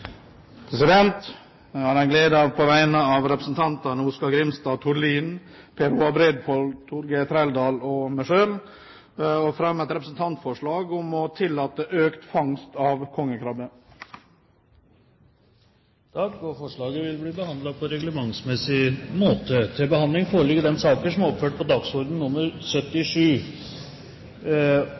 representantforslag. Jeg har den glede på vegne av representantene Oskar Jarle Grimstad, Tord Lien, Per Roar Bredvold, Torgeir Trældal og meg selv å fremme et representantforslag om å tillate økt fangst av kongekrabbe. Forslaget vil bli behandlet på reglementsmessig måte. Før sakene på dagens kart tas opp til behandling, vil presidenten foreslå at formiddagsmøtet om nødvendig fortsetter utover den